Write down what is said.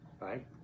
right